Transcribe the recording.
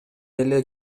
эле